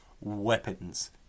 weapons